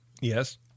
yes